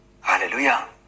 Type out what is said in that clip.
Hallelujah